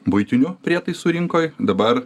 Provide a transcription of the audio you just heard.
buitinių prietaisų rinkoj dabar